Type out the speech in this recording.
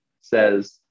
says